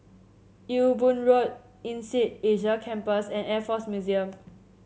Ewe Boon Road INSEAD Asia Campus and Air Force Museum